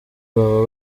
baba